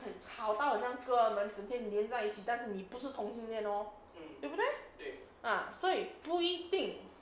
好到好像哥们整天粘在一起但是你不是同性恋咯对不对 ah 所以不一定